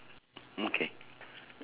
okay